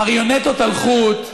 מריונטות על חוט,